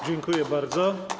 Dziękuję bardzo.